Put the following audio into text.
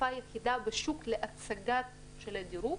שפה אחידה בשוק להצגה של הדירוג,